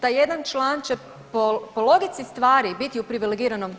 Taj jedan član će po logici stvari biti u privilegiranom